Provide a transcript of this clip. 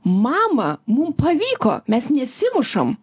mama mum pavyko mes nesimušam